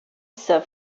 serve